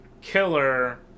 killer